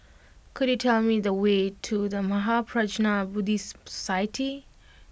could you tell me the way to The Mahaprajna Buddhist Society